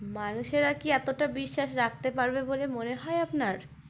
মানুষেরা কি এতটা বিশ্বাস রাখতে পারবে বলে মনে হয় আপনার